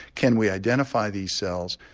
can we identify these cells,